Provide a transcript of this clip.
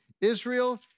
Israel